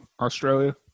Australia